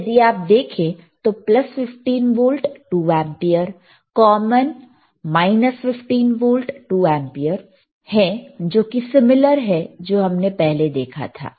यदि आप देखें तो plus 15 volt 2 ampere common minus 15 volt 2 ampere है जोकि सिमिलर है जो हमने पहले देखा था